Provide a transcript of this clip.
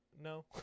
No